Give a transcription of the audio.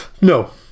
No